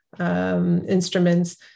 instruments